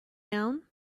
down